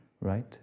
Right